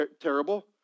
terrible